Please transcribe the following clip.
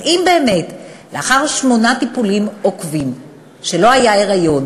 אבל אם באמת לאחר שמונה טיפולים עוקבים שלא היה היריון,